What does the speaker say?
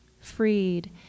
freed